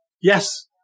Yes